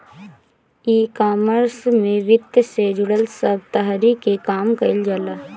ecommerce में वित्त से जुड़ल सब तहरी के काम कईल जाला